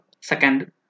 second